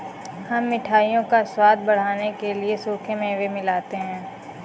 हम मिठाइयों का स्वाद बढ़ाने के लिए सूखे मेवे मिलाते हैं